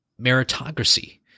meritocracy